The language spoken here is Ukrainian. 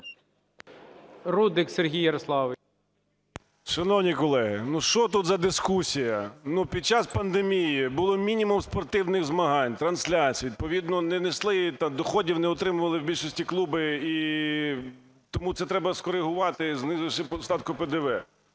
Рудик Сергій Ярославович. 12:38:48 РУДИК С.Я. Шановні колеги, ну, що тут за дискусія? Під час пандемії було мінімум спортивних змагань, трансляцій, відповідно не несли доходів, не отримували в більшості клуби. Тому це треба скоригувати, знизивши ставку ПДВ.